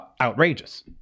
outrageous